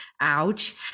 ouch